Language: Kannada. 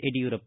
ಯಡಿಯೂರಪ್ಪ